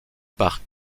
par